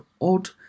odd